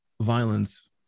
violence